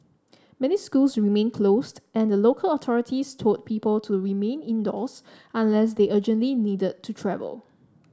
many schools remained closed and local authorities told people to remain indoors unless they urgently needed to travel